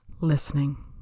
Listening